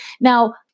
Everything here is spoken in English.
Now